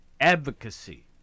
advocacy